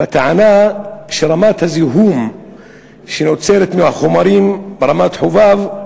בטענה שרמת הזיהום שנוצרת מהחומרים ברמת-חובב,